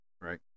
right